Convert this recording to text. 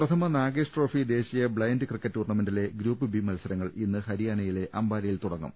പ്രഥമ നാഗേഷ് ട്രോഫി ദേശീയ blind cricket ടൂർണ്ണ മെന്റിലെ ഗ്രൂപ്പ് ബി മത്സരങ്ങൾ ഇന്ന് ഹരിയാനയിലെ അംബാലയിൽ തുട ങ്ങും